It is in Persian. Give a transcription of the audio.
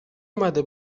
اومده